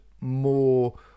more